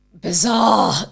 bizarre